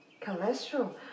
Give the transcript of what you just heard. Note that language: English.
Cholesterol